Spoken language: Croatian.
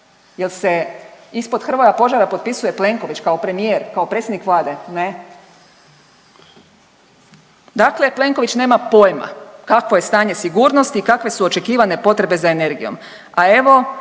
jer se ispod Hrvoja Požara potpisuje Plenković kao premijer kao predsjednik Vlade? Ne. Dakle, Plenković nema pojma kakvo je stanje sigurnosti i kakve su očekivane potrebe za energijom. A evo